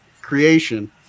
creation